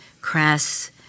crass